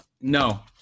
No